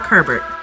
Herbert